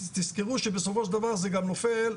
תזכרו שבסופו של דבר זה גם נופל,